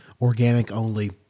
Organic-only